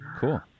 Cool